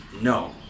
no